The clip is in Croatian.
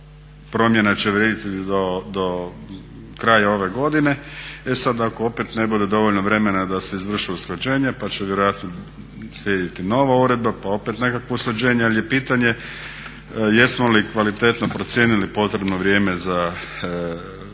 promjena će vrijediti do kraja ove godine. E sada ako opet ne bude dovoljno vremena da se izvrše usklađenja pa će vjerojatno slijediti nova uredba, pa opet nekakvo usklađenje, ali je pitanje jesmo li kvalitetno procijenili potrebno vrijeme za